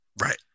Right